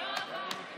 לא עבד.